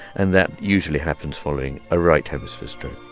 and that usually happens following a right hemisphere stroke